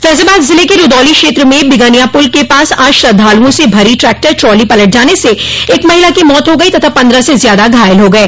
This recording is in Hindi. फैजाबाद जिले के रूदौली क्षेत्र में बिगनिया पुल के पास आज श्रद्धालुओं से भरी ट्रैक्टर ट्राली पलट जाने से एक महिला की मौत हो गई तथा पन्द्रह से ज्यादा घायल हो गये